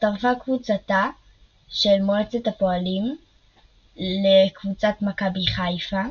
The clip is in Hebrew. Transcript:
הצטרפה קבוצתה של מועצת הפועלים לקבוצת מכבי חיפה,